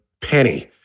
penny